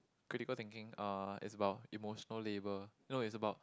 critical thinking uh it's about emotional labour no it's about